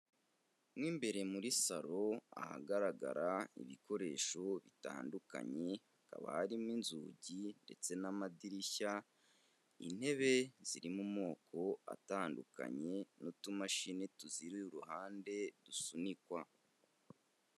Mo imbere muri salo, ahagaragara ibikoresho bitandukanye hakaba harimo inzugi ndetse n'amadirishya, intebe ziri mu moko atandukanye n'utumashini tuziri iruhande dusunikwa.